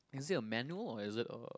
is it a manual or is it a